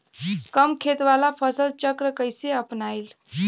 कम खेत वाला फसल चक्र कइसे अपनाइल?